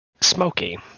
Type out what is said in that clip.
smoky